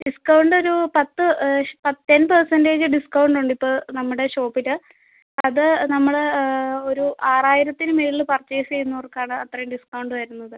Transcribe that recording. discount ഒരു പത്ത് പ ടെൻ പെർസെൻറേജ് ഡിസ്ക്കൗണ്ട് ഉണ്ട് ഇപ്പോൾ നമ്മുടെ ഷോപ്പിൽ അത് നമ്മൾ ഒരു ആറായിരത്തിന് മുകളിൽ പർച്ചേസ് ചെയ്യുന്നവർക്കാണ് അത്രയും ഡിസ്ക്കൗണ്ട് വരുന്നത്